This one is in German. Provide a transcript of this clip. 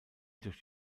durch